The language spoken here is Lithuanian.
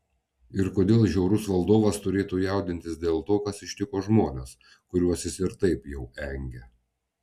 ir kodėl žiaurus valdovas turėtų jaudintis dėl to kas ištiko žmones kuriuos jis ir taip jau engia